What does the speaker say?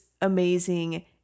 amazing